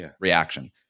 reaction